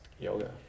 yoga